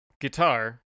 guitar